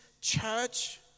church